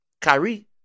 Kyrie